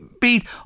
beat